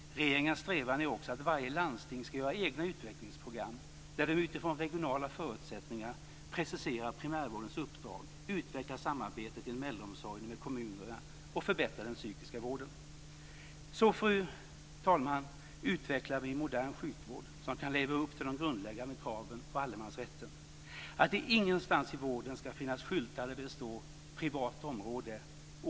Regeringens strävan är också att varje landsting ska göra egna utvecklingsprogram där de utifrån regionala förutsättningar preciserar primärvårdens uppdrag, utvecklar samarbetet inom äldreomsorgen med kommunerna och förbättrar den psykiska vården. Så, fru talman, utvecklar vi en modern sjukvård som kan leva upp till de grundläggande kraven på allemansrätten: · att det ingenstans i vården ska finnas skyltar där det står: "Privat område.